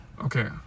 Okay